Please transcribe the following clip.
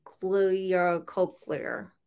cochlear